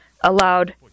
allowed